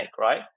right